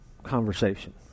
conversation